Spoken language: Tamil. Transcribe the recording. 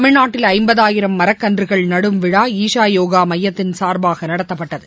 தமிழ்நாட்டில் ஐம்பதாயிரம் மரக்கன்றுகள் நடும் விழா ஈசா யோகா மையத்தின் சார்பாக நடத்தப்பட்டது